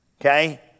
Okay